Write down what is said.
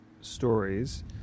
stories